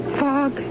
fog